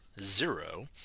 zero